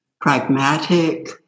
pragmatic